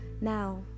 now